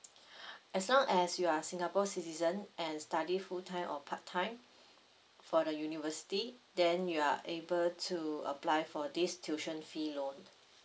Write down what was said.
as long as you are singapore citizen and study full time or part time for the university then you are able to apply for this tuition fee loan